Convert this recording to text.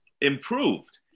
improved